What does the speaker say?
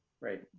Right